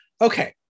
Okay